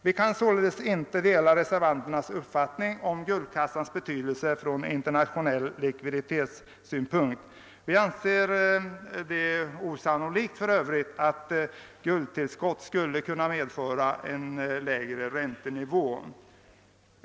Vi kan således inte dela reservanternas uppfattning om guldkassans betydelse ur internationell likviditetssynpunkt. Vi anser det för övrigt osannolikt att ett guldtillskott skulle medföra en lägre räntenivå.